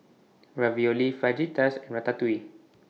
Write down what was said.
Ravioli Fajitas Ratatouille